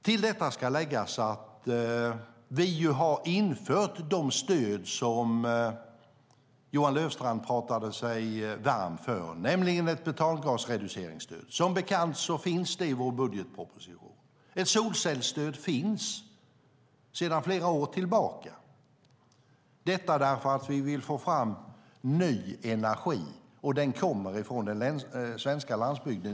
Till detta ska läggas att vi har infört de stöd som Johan Löfstrand talade sig varm för, nämligen ett metangasreduceringsstöd. Som bekant finns föreslaget i vår budgetproposition. Ett solcellsstöd finns sedan flera år tillbaka därför att vi vill få fram ny energi, och den kommer från den svenska landsbygden.